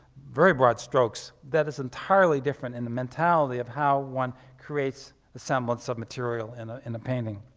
very broad strokes. that is entirely different in the mentality of how one creates the semblance of material in ah in a painting.